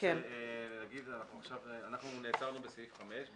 אנחנו נעצרנו בסעיף 5,